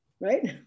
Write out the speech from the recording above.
right